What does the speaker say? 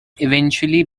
eventually